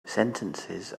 sentences